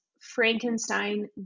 Frankenstein